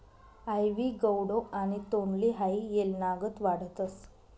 आइवी gourd आणि तोंडली हाई येलनागत वाढतस